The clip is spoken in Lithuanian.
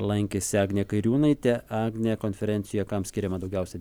lankėsi agnė kairiūnaitė agne konferencijoje kam skiriama daugiausia